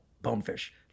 bonefish